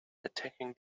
attacking